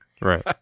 right